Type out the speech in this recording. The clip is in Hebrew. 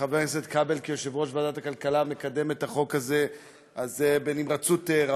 וחבר הכנסת כבל כיושב-ראש ועדת הכלכלה מקדם את החוק הזה בנמרצות רבה,